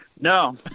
No